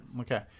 Okay